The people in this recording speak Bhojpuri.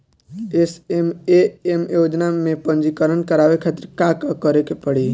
एस.एम.ए.एम योजना में पंजीकरण करावे खातिर का का करे के पड़ी?